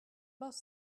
boss